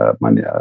Money